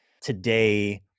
today